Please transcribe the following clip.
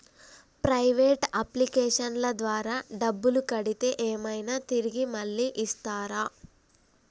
Private అప్లికేషన్ల ద్వారా డబ్బులు కడితే ఏమైనా తిరిగి మళ్ళీ ఇస్తరా?